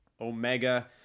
omega